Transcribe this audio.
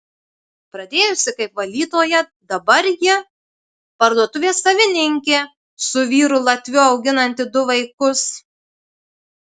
pradėjusi kaip valytoja dabar ji parduotuvės savininkė su vyru latviu auginanti du vaikus